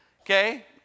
Okay